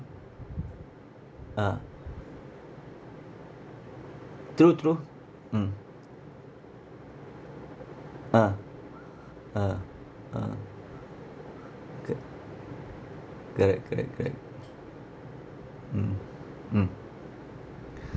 ah true true mm ah ah ah K correct correct correct mm mm